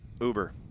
Uber